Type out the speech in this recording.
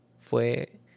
fue